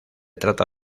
trata